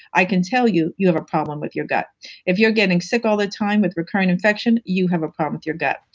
i can tell you, you have a problem with your gut if you're getting sick all the time with recurring infection, you have a problem with your gut.